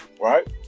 right